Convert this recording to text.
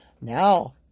Now